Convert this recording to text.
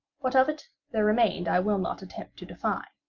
what of it there remained i will not attempt to define,